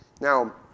Now